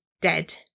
dead